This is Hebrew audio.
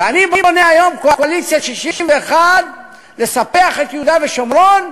ואני בונה היום קואליציית 61 לספח את יהודה ושומרון,